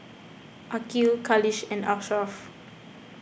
Aqil Khalish and Ashraff